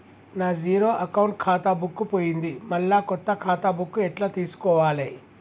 నా zero account ఖాతా book పోయింది మళ్ళా కొత్త ఖాతా బుక్కు ఎట్ల తీసుకోవాలే?